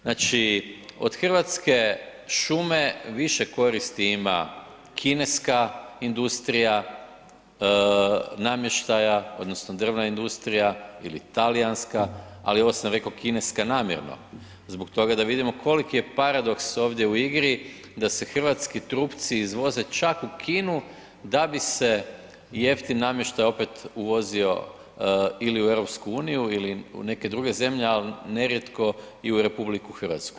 Znači od hrvatske šume više koristi ima kineska industrija namještaja odnosno drvna industrija ili talijanska ali ovo sam rekao kineska namjerno zbog toga da vidimo koliki je paradoks ovdje u igri da se hrvatski trupci izvoze čak u Kinu da bi se jeftin namještaj opet uvozio ili u EU ili neke druge zemlje ali nerijetko i u RH.